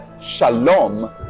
Shalom